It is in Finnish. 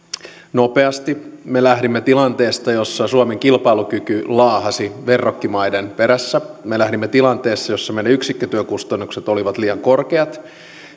nopeasti me lähdimme tilanteesta jossa suomen kilpailukyky laahasi verrokkimaiden perässä me lähdimme tilanteesta jossa meidän yksikkötyökustannuksemme olivat liian korkeat